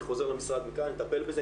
אני חוזר למשרד ואטפל בזה.